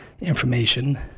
information